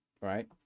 Right